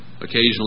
occasionally